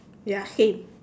ya same